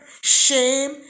shame